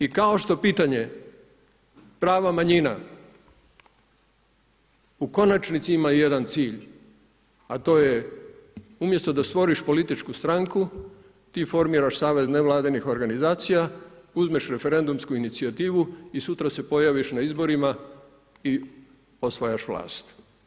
I kao što pitanje prava manjina u konačnici ima jedan cilj, a to je umjesto da stvoriš političku stranku ti formiraš savez nevladinih organizacija, uzmeš referendumsku inicijativu i sutra se pojaviš na izborima i osvajaš vlast.